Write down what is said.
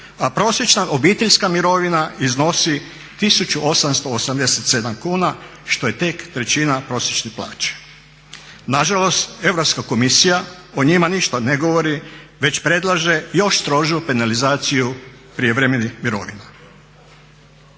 a prosječna obiteljska mirovina iznosi 1887 kuna što je tek trećina prosječne plaće. Nažalost Europska komisija o njima ništa ne govori već predlaže još strožu penalizaciju prijevremenih mirovina.